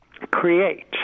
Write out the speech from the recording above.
create